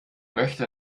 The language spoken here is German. möchte